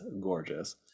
gorgeous